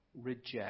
reject